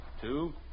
two